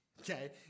Okay